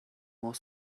more